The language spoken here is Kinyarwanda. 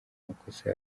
makosa